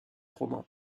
romans